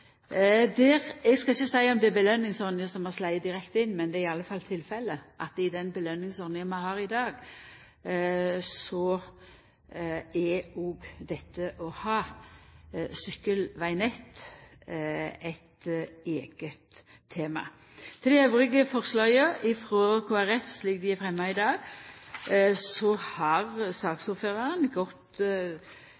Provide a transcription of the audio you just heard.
Eg skal ikkje seia om det er belønningsordninga som har slått direkte inn, men det er i alle fall tilfelle at i den belønningsordninga som vi har i dag, er òg det å ha sykkelvegnett eit eige tema. Til dei andre forslaga frå Kristeleg Folkeparti, slik dei er fremja i dag, har